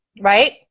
right